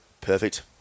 Perfect